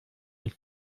ich